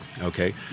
Okay